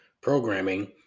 programming